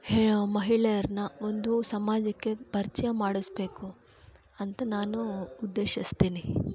ಹೆ ಮಹಿಳೆಯರನ್ನ ಒಂದು ಸಮಾಜಕ್ಕೆ ಪರಿಚಯ ಮಾಡಿಸ್ಬೇಕು ಅಂತ ನಾನೂ ಉದ್ದೇಶಿಸ್ತಿನಿ